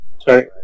Sorry